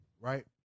right